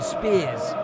Spears